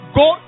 go